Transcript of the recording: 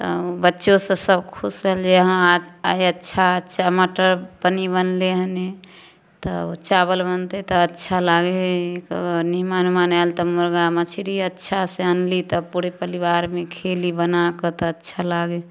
तऽ बच्चो सब खुश होलियै हँ हइ अच्छा अच्छा मटर पनीर बनलै हने तऽ चाबल बनते तऽ अच्छा लागै है मिहमान उहमान आयल तऽ मुर्गा मछली अच्छा से आनली तऽ पूरे परिवारमे खेली बनाके तऽ अच्छा लागे